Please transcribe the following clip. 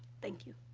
thank you.